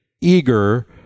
Eager